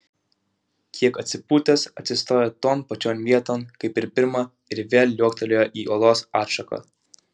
kiek atsipūtęs atsistojo ton pačion vieton kaip ir pirma ir vėl liuoktelėjo į olos atšaką